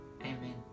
Amen